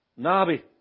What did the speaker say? Nabi